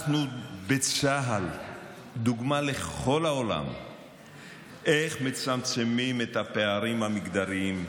אנחנו בצה"ל דוגמה לכל העולם איך מצמצמים את הפערים המגדריים,